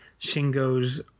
Shingo's